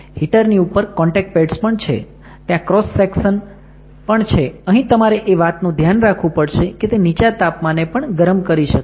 heater ની ઉપર contact pads પણ છે ત્યાં ક્રૉસ સૅક્શન માપવા માટે પણ ઉપયોગ માં લઈ શકો છો